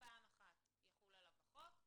פעם אחת יחול עליו החוק,